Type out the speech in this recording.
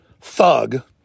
thug